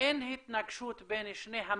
אין התנגשות בין שני המסלולים,